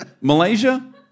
Malaysia